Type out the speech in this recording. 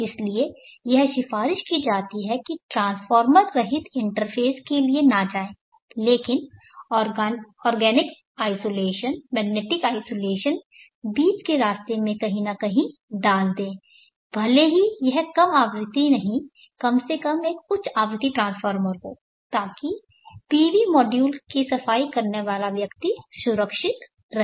इसलिए यह सिफारिश की जाती है कि ट्रांसफार्मर रहित इंटरफ़ेस के लिए न जाए लेकिन ऑर्गेनिक आइसोलेशन मैग्नेटिक आइसोलेशन बीच के रास्ते में कहीं न कहीं डाल दें भले ही यह कम आवृत्ति नहीं है कम से कम एक उच्च आवृत्ति ट्रांसफार्मर हो ताकि पीवी मॉड्यूल की सफाई करने वाला व्यक्ति सुरक्षित रहे